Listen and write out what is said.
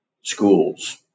schools